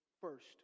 First